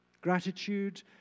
Gratitude